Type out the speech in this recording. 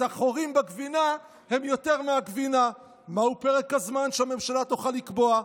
אז החורים בגבינה הם יותר מהגבינה: מהו פרק הזמן שהממשלה תוכל לקבוע,